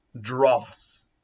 dross